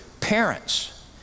parents